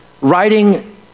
writing